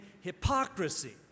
hypocrisy